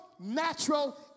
Natural